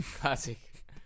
classic